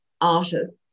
artists